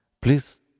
please